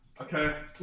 Okay